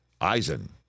EISEN